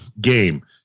game